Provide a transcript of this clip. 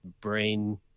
brain